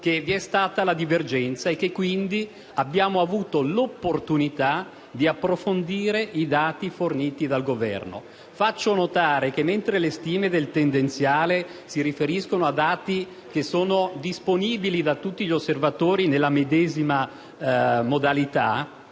che vi è stata la divergenza e quindi abbiamo avuto l'opportunità di approfondire i dati forniti dal Governo. Faccio notare che, mentre le stime del quadro tendenziale si riferiscono a dati disponibili a tutti gli osservatori nella medesima modalità,